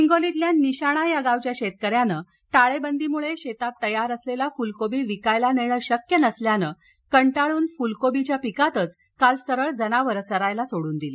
हिंगोलीतल्या निशाणा या गावच्या शेतकऱ्यानं टाळेबंदी मुळे शेतात तयार असलेली फूलकोबी विकायला नेणं शक्य नसल्यानं कटाळून विक्रीसाठी तयार असलेल्या फूल कोबीच्या पिकात काल सरळ जनावर चरायला सोडून दिली